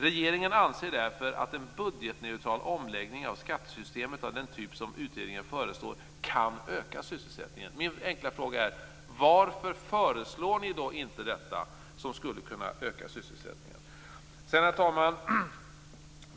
Regeringen anser därför att en budgetneutral omläggning av skattesystemet av den typ som utredningen föreslår kan öka sysselsättningen. Min enkla fråga är: Varför föreslår ni då inte detta, som skulle kunna öka sysselsättningen? Herr talman!